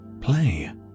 play